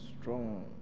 strong